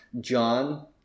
John